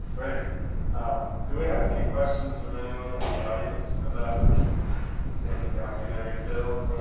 great. do we have any and questions from anyone in the audience about making documentary films